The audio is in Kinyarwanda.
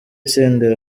senderi